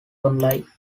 online